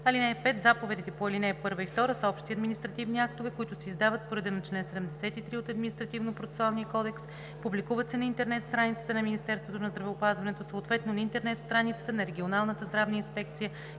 (5) Заповедите по ал. 1 и 2 са общи административни актове, които се издават по реда на чл. 73 от Административнопроцесуалния кодекс, публикуват се на интернет страницата на Министерството на здравеопазването, съответно на интернет страницата на регионалната здравна инспекция